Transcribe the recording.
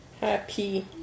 Happy